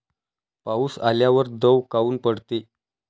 पाऊस आल्यावर दव काऊन पडते?